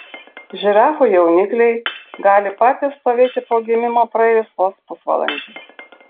žirafų jaunikliai gali patys stovėti po gimimo praėjus vos pusvalandžiui